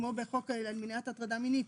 כמו בחוק מניעת הטרדה מינית,